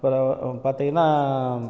அப்புறம் பார்த்திங்கனா